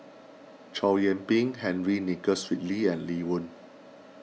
Chow Yian Ping Henry Nicholas Ridley and Lee Wen